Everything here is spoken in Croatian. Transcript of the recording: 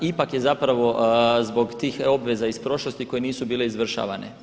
Ipak je zapravo zbog tih obveza iz prošlosti koje nisu bile izvršavane.